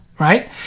right